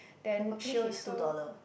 the purplish is two dollar